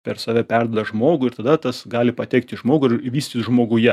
per save perduoda žmogui ir tada tas gali patekt į žmogų ir vystytis žmoguje